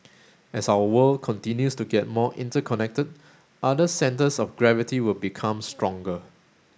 as our world continues to get more interconnected other centres of gravity will become stronger